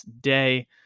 day